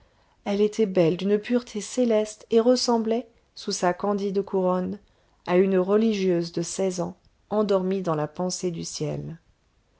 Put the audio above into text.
elle était belle d'une pureté céleste et ressemblait sous sa candide couronne à une religieuse de seize ans endormie dans la pensée du ciel